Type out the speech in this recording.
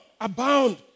abound